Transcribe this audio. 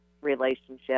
relationship